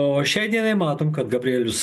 o šiai dienai matom kad gabrielius